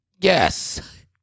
Yes